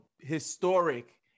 historic